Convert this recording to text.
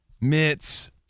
mitts